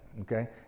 Okay